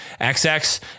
XX